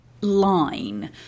line